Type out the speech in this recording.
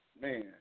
man